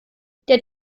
der